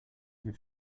have